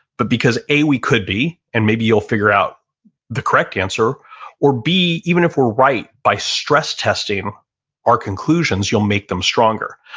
but because a, we could be and maybe you'll figure out the correct answer or b, even if we're right by stress testing our conclusions, you'll make them stronger.